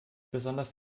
besonders